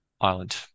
island